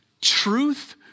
truth